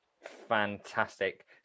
fantastic